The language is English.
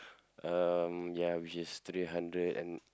um ya which is three hundred and